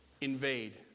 invade